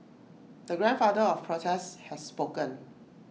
the grandfather of protests has spoken